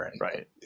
right